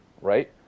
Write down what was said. right